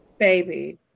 Baby